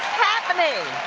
happening?